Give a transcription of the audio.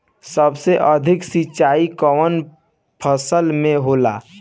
सबसे अधिक सिंचाई कवन फसल में होला?